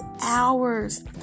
hours